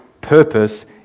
purpose